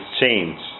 change